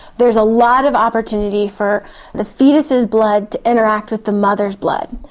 there's a lot of opportunity for the fetus's blood to interact with the mother's blood.